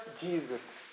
Jesus